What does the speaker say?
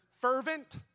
fervent